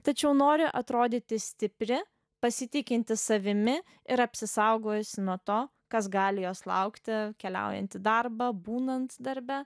tačiau nori atrodyti stipri pasitikinti savimi ir apsisaugojusi nuo to kas gali jos laukti keliaujant į darbą būnant darbe